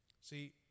See